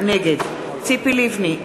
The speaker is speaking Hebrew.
נגד ציפי לבני,